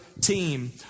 team